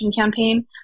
campaign